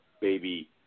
baby